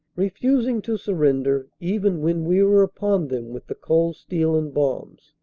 refusing to surrender even when we were upon them with the cold steel and bombs.